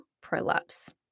prolapse